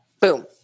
Boom